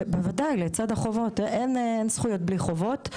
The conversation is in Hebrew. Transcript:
בוודאי לצד החובות, אין זכויות בלי חובות,